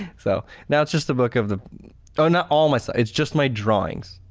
so now it's just the book of the oh, not all my stuff, it's just my drawings,